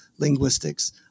linguistics